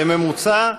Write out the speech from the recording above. בממוצע,